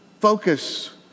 focus